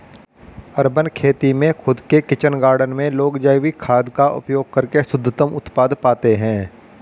urban खेती में खुद के किचन गार्डन में लोग जैविक खाद का उपयोग करके शुद्धतम उत्पाद पाते हैं